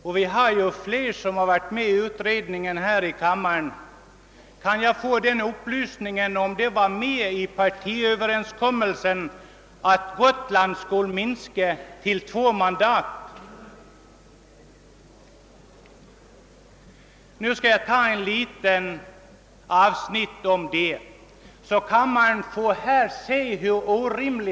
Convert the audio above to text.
Flera av dem som deltagit i författningsutredningen sitter nu i denna kammare, och jag vill därför be om den upplysningen huruvida det ingick i partiöverenskommelsen att Gotlands representation skulle minskas till två mandat. Jag vill något närmare utveckla denna fråga för att visa hur orimliga konsekvenserna verkligen blir.